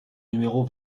numéro